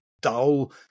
dull